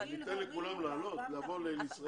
ניתן לכולם לבוא לישראל?